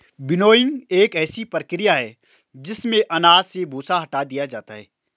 winnowing एक ऐसी प्रक्रिया है जिसमें अनाज से भूसा हटा दिया जाता है